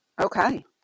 okay